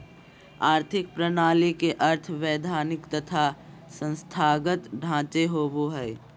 आर्थिक प्रणाली के अर्थ वैधानिक तथा संस्थागत ढांचे होवो हइ